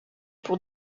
pour